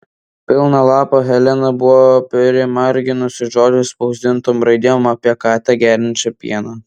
pilną lapą helena buvo primarginusi žodžių spausdintom raidėm apie katę geriančią pieną